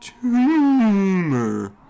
tumor